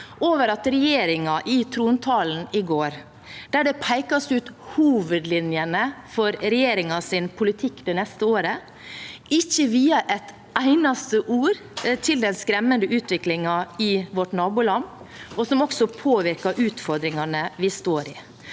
over at regjeringen i trontalen i går, der hovedlinjene for regjeringens politikk det neste året pekes ut, ikke viet et eneste ord til den skremmende utviklingen i vårt naboland, som også påvirker utfordringene vi står i.